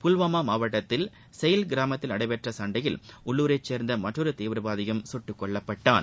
புல்வாமா மாவட்டத்தில் செயில் கிராமத்தில் நடைபெற்ற சண்டையில் உள்ளூரை சேர்ந்த மற்றொரு தீவிரவாதியும் சுட்டுக் கொல்லப்பட்டான்